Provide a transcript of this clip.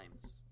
times